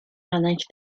manage